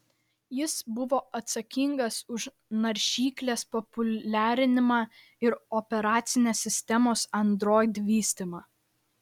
jis buvo atsakingas už naršyklės populiarinimą ir operacinės sistemos android vystymą